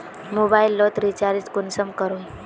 Mobile लोत recharge कुंसम करोही?